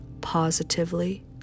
positively